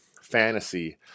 Fantasy